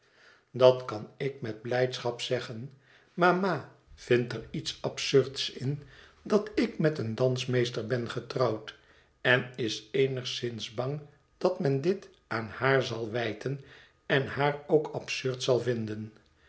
dat kan ik met blijdschap zeggen maar ma vindt er iets absurds in dat ik met een dansmeester ben getrouwd en is eenigszins bang dat men dit aan haar zal wijten en haar ook absurd zal vinden